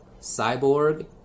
Cyborg